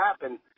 happen